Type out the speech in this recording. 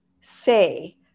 say